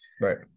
Right